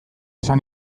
izan